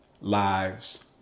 Lives